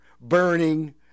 burning